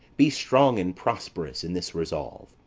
be strong and prosperous in this resolve.